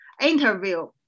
interview